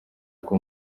kuba